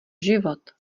život